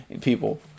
people